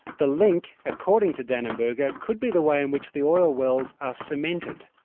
the link, according to danenberger, could be the way in which the oil wells are cemented.